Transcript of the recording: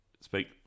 speak